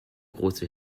große